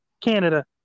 Canada